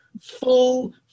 full